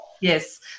Yes